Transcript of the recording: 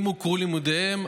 אם הוכרו לימודיהם,